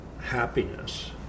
happiness